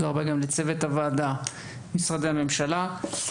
ותודה רבה גם לצוות הוועדה ולמשרדי הממשלה.